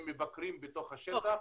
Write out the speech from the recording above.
הם מבקרים בשטח.